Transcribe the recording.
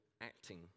acting